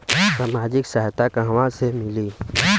सामाजिक सहायता कहवा से मिली?